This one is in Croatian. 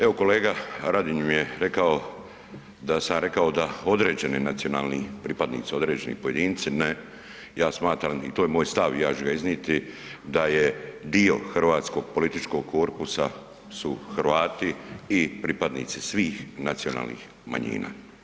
Evo kolega Radin je rekao da sam ja rekao da određena nacionalni pripadnici, određeni pojedinci ja smatram i to je moj stav i ja ću ga iznijeti, da je dio hrvatskog političkog korpusa su Hrvati i pripadnici svih nacionalnih manjina.